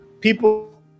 people